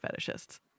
fetishists